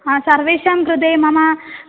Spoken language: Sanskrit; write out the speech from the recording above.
हा सर्वेषां कृते मम